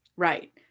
Right